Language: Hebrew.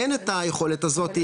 אין את היכולת הזאת לא לתכנן.